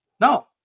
No